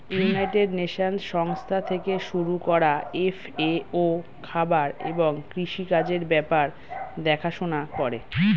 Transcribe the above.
United Nations সংস্থা থেকে শুরু করা এফ.এ.ও খাবার এবং কৃষি কাজের ব্যাপার দেখাশোনা করে